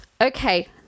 Okay